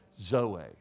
Zoe